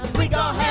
we got